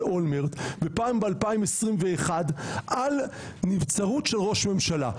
אולמרט ופעם ב- 2021 על נבצרות של ראש ממשלה,